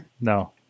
No